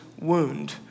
wound